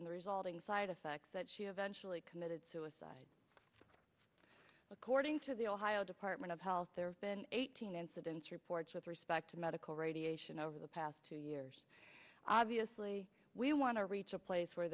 and the resulting side effects that she eventually committed suicide according to the ohio department of health there have been eighteen incidents reports with respect to medical radiation over the past two years obviously we want to reach a place where